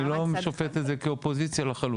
אני לא שופט את זה כאופוזיציה לחלוטין.